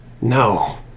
No